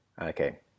Okay